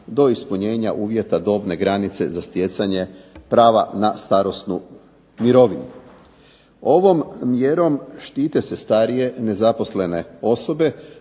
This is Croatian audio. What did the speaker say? do ispunjenja uvjeta dobne granice za stjecanje prava na starosnu mirovinu. Ovom mjerom štite se starije nezaposlene osobe,